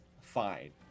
fine